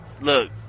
Look